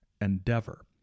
endeavor